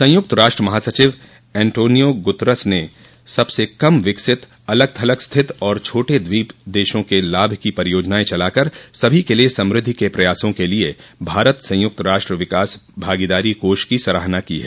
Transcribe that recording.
संयुक्त राष्ट्र महासचिव एंटोनियो गुतरस ने सबसे कम विकसित अलग थलग स्थित और छोटे द्वीप देशों के लाभ की परियोजनाएं चलाकर सभी के लिए समृद्धि के प्रयासों के लिए भारत संयुक्त राष्ट्र विकास भागीदारी कोष की सराहना की है